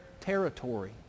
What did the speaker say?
territory